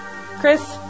chris